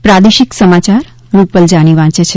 પ્રાદેશિક સમાચાર રૂપલ જાની વાંચે છે